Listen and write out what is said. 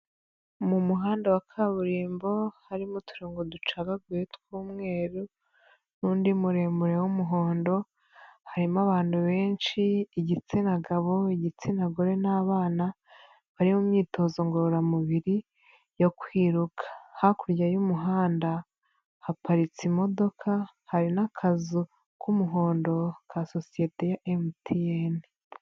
Mu muhanda wa kaburimbo harimo uturongo ducagaguye tw'umweru n'undi muremure w'umuhondo harimo abantu benshi igitsina gabo, igitsina gore n'abana bari mu myitozo ngororamubiri yo kwiruka, hakurya y'umuhanda haparitse imodoka hari n'akazu k'umuhondo ka sosiyete ya MTN.